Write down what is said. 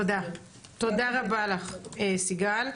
תודה רבה לך סיגל.